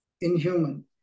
inhuman